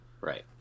right